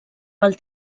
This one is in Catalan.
pel